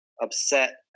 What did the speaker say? upset